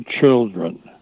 children